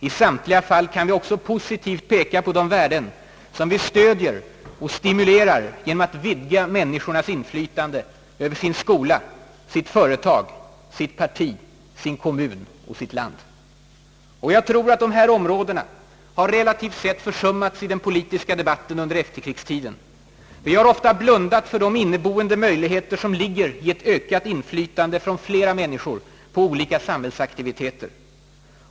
I samtliga fall kan vi också positivt peka på de värden som vi stödjer och stimulerar genom att vidga människornas inflytande över sin skola, sitt företag, sitt parti, sin kommun och sitt land. ; Jag tror att dessa områden relativt sett har försummats i den politiska debatten under efterkrigstiden. Vi har ofta blundat för de inneboende möjligheter som ligger i ökat inflytande från fler människor inom olika samhällsaktiviteter.